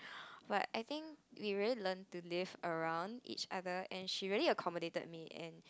but I think we really learn to live around each other and she really accommodated me and